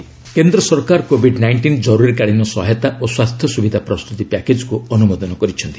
centre package କେନ୍ଦ୍ର ସରକାର Covid nineteen ଜରୁରିକାଳୀନ ସହାୟତା ଓ ସ୍ୱାସ୍ଥ୍ୟ ସୁବିଧା ପ୍ରସ୍ତୁତି ପ୍ୟାକେଜ୍କୁ ଅନୁମୋଦନ କରିଛନ୍ତି